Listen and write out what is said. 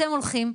אתם הולכים,